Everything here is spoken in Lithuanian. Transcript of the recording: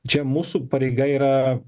čia mūsų pareiga yra